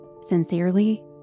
Sincerely